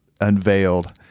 unveiled